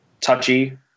touchy